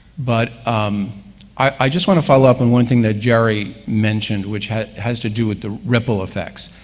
but um i just want to follow up on one thing that jerry mentioned, which has has to do with the ripple effects.